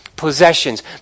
possessions